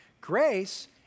Grace